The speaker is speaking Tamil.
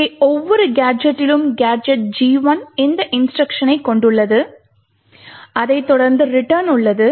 இங்கே ஒவ்வொரு கேஜெட்டிலும் கேஜெட் G 1 இந்த இன்ஸ்ட்ருக்ஷனை கொண்டுள்ளது அதைத் தொடர்ந்து return உள்ளது